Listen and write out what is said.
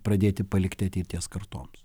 pradėti palikti ateities kartoms